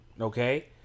okay